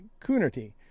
Coonerty